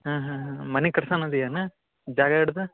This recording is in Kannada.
ಹಾಂ ಹಾಂ ಹಾಂ ಮನೆ ಕಟ್ಸಾವ ಇದ್ದೀ ಏನು ಜಾಗ ಹಿಡ್ದು